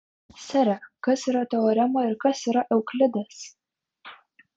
sere kas yra teorema ir kas yra euklidas